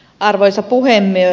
arvoisa puhemies